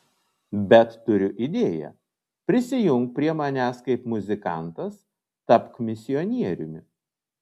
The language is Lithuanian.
bet turiu idėją prisijunk prie manęs kaip muzikantas tapk misionieriumi